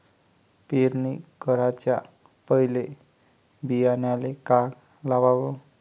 पेरणी कराच्या पयले बियान्याले का लावाव?